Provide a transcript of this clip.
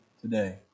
today